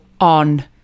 on